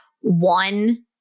one